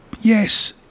yes